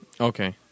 Okay